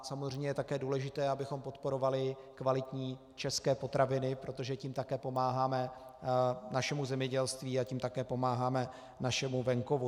Samozřejmě je také důležité, abychom podporovali kvalitní české potraviny, protože tím také pomáháme našemu zemědělství, a tím také pomáháme našemu venkovu.